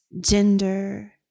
gender